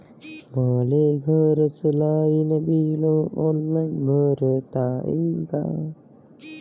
मले घरचं light bill online भरता येईन का?